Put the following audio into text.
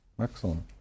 Excellent